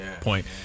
point